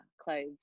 clothes